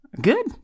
good